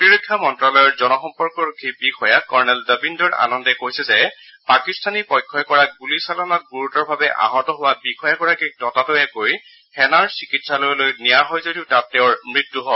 প্ৰতিৰক্ষা মন্ত্যালয়ৰ জনসম্পৰ্কৰক্ষী বিযয়া কৰ্ণেল দবিন্দৰ আনন্দে কৈছে যে পাকিস্তানী পক্ষই কৰা গুলীচালনাত গুৰুতৰভাৱে আহত হোৱা বিষয়াগৰাকীক ততাতৈয়াকৈ সেনাৰ চিকিৎসালয়লৈ নিয়া হয় যদিও তাত তেওঁৰ মৃত্যু হয়